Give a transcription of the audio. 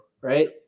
right